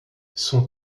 son